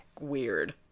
weird